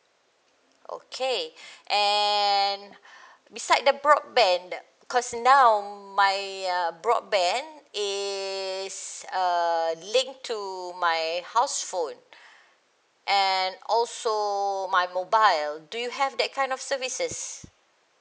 okay and beside the broadband because now my uh broadband is uh link to my house phone and also my mobile do you have that kind of services